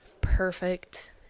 Perfect